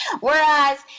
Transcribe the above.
Whereas